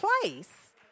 place